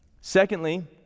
Secondly